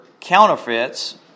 counterfeits